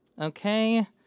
Okay